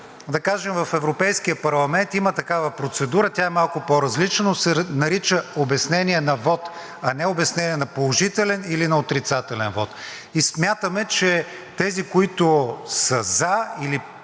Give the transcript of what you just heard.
да кажем, в Европейския парламент има такава процедура, тя е малко по-различна, но се нарича „обяснение на вот“, а не обяснение на положителен или на отрицателен вот. Смятаме, че тези, които са за, имат